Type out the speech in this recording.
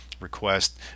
request